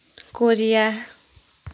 Korea